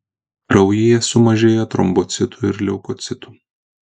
kraujyje sumažėja trombocitų ir leukocitų